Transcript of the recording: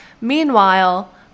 Meanwhile